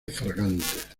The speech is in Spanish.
fragantes